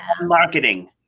marketing